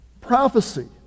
prophecy